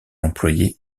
employée